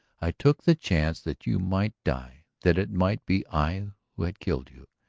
i took the chance that you might die that it might be i who had killed you.